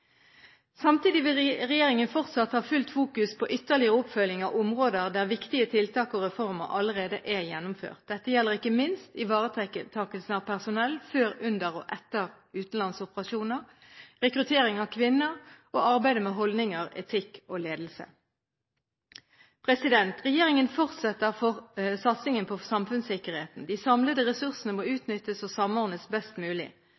Samtidig vil regjeringen fortsatt ha fullt fokus på ytterligere oppfølging av områder der viktige tiltak og reformer allerede er gjennomført. Dette gjelder ikke minst ivaretakelsen av personell, før, under og etter utenlandsoperasjoner, rekruttering av kvinner og arbeidet med holdninger, etikk og ledelse. Regjeringen fortsetter satsingen på samfunnssikkerheten. De samlede ressursene må utnyttes og samordnes best mulig.